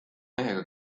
mehega